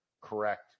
correct –